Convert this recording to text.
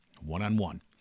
one-on-one